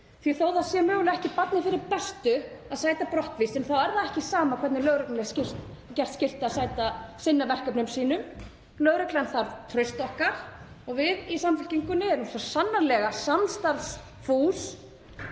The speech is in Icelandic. að þótt það sé mögulega ekki barninu fyrir bestu að sæta brottvísun þá er ekki sama hvernig lögreglunni er gert skylt að sinna verkefnum sínum. Lögreglan þarf traust okkar og við í Samfylkingunni erum svo sannarlega samstarfsfús